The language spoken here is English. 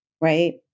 right